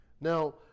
Now